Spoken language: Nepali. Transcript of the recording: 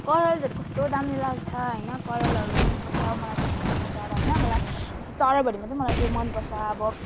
कलर्सहरू कस्तो दामी लाग्छ होइन कलर्सहरू मनपर्छ मलाई त्यस कलरको चरा होइन मलाई त्यस्तो चराभरिमा चाहिँ मलाई त्यो मनपर्छ अब